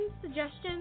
suggestions